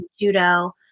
Judo